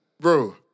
bro